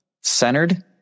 centered